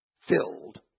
filled